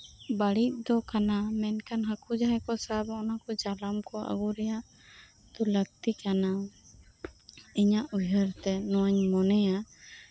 ᱵᱟᱹᱲᱤᱡ ᱫᱚ ᱠᱟᱱᱟ ᱢᱮᱱᱠᱦᱟᱱ ᱦᱟᱠᱩ ᱡᱟᱦᱟᱸᱭ ᱠᱩ ᱥᱟᱵᱟ ᱚᱱᱟᱠᱩ ᱡᱟᱞᱟᱱᱠᱩ ᱟᱹᱜᱩᱨᱮᱭᱟᱜ ᱫᱚ ᱞᱟᱹᱠᱛᱤ ᱠᱟᱱᱟ ᱤᱧᱟᱹᱜ ᱩᱭᱦᱟᱺᱨ ᱛᱮ ᱱᱚᱣᱟᱧ ᱢᱚᱱᱮᱭᱟ